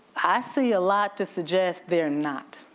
i see a lot to suggest they're not.